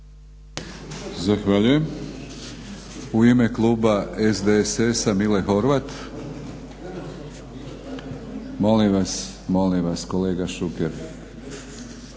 Zahvaljujem. U ime Kluba SDSS-a Mile Horvat. Molim vas kolega Šuker.